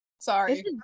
sorry